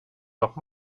doch